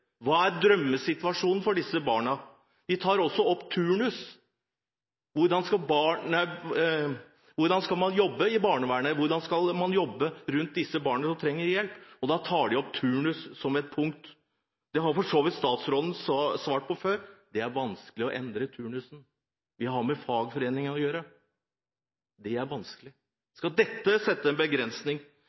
hva er drømmesituasjonen for disse barna? De tar også opp turnus: Hvordan skal man jobbe i barnevernet? Hvordan skal man jobbe rundt disse barna som trenger hjelp? De tar opp turnus som et punkt. Det har for så vidt statsråden svart på før: Det er vanskelig å endre turnusen. Vi har med fagforeningen å gjøre. Det er vanskelig. Skal dette sette en begrensning?